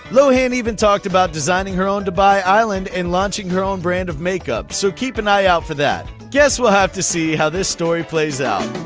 lohan even talked about designing her own dubai island and launching her own brand of makeup, so keep an eye out for that. guess we'll have to see how this story plays out.